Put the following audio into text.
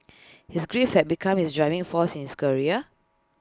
his grief had become his driving for since career